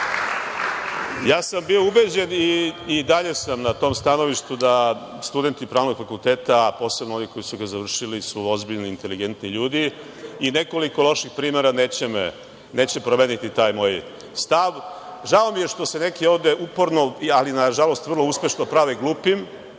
Bio sam ubeđen i dalje sam na tom stanovištu da studenti Pravnog fakulteta, posebno ovi koji su ga završili, su ozbiljni, inteligentni ljudi i nekoliko loših primera neće promeniti taj moj stav. Žao mi je što se neki ovde uporno, ali nažalost vrlo uspešno prave glupi,